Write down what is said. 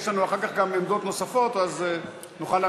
אחר כך יש לנו גם עמדות נוספות,